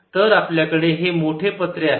तर आपल्याकडे हे मोठे पत्रे आहेत